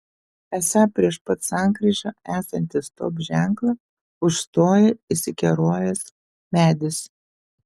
esą prieš pat sankryžą esantį stop ženklą užstoja įsikerojęs medis